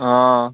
অঁ